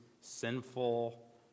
sinful